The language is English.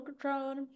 drone